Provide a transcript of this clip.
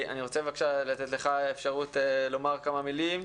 אני רוצה בבקשה לתת לך אפשרות לומר כמה מילים.